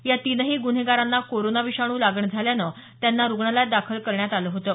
या तिनही गुन्हेगारांना कोरोना विषाणू लागण झाल्यानं त्यांना रुग्णालयात दाखल करण्यात आलं होतं